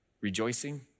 rejoicing